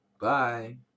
Bye